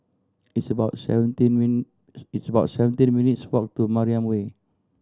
it's about seventeen it's about seventeen minutes' walk to Mariam Way